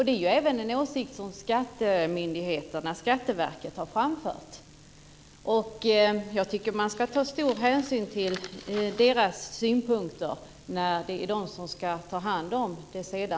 Det är även en åsikt som skattemyndigheterna, Skatteverket, har framfört. Jag tycker att man ska ta stor hänsyn till deras synpunkter eftersom det är de som sedan ska ta hand om det hela.